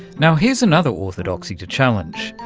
you know here's another orthodoxy to challenge.